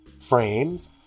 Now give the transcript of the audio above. Frames